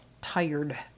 tired